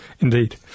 Indeed